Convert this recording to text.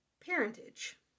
parentage